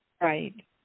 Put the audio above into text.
right